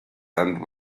and